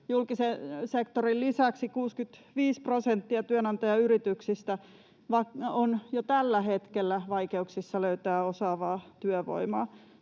Julkisen sektorin lisäksi 65 prosenttia työnantajayrityksistä on jo tällä hetkellä vaikeuksissa löytää osaavaa työvoimaa.